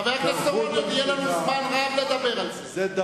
עוד יהיה לנו זמן רב לדבר על זה.